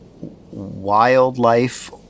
wildlife